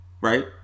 right